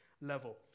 level